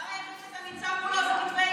הדבר היחיד שאתה ניצב מולו זה כתבי אישום.